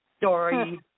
story